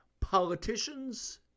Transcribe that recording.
politicians